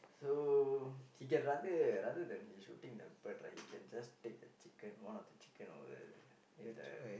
so he can rather rather than he shooting the bird right he can just take the chicken one of the chicken or the in the